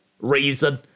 reason